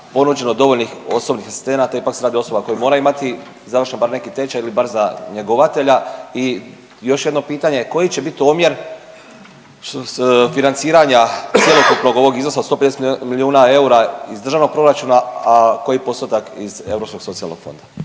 ponuđeno dovoljnih osobnih asistenata, ipak se radi o osobama koje moraju imati završen bar neki tečaj ili bar za njegovatelja? I još jedno pitanje, koji će bit omjer financiranja cjelokupnog ovog iznosa od 150 milijuna eura iz državnog proračuna, a koji postotak iz Europskog socijalnog fonda?